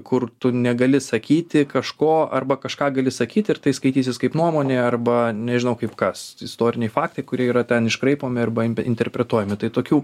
kur tu negali sakyti kažko arba kažką gali sakyt ir tai skaitysis kaip nuomonė arba nežinau kaip kas istoriniai faktai kurie yra ten iškraipomi arba interpretuojami tai tokių